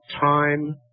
time